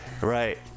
right